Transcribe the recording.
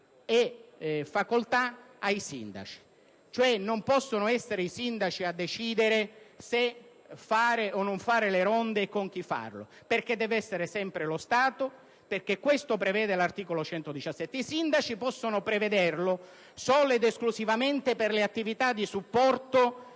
e facoltà ai sindaci. Non possono cioè essere i sindaci a decidere se fare o non fare le ronde e con chi farle, perché deve essere sempre lo Stato, secondo quanto prevede l'articolo 117; i sindaci possono prevederlo solo ed esclusivamente per le attività di supporto